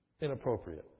inappropriate